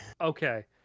okay